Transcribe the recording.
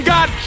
God